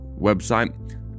website